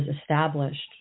established